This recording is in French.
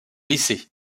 lycée